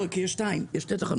יש שתי תחנות.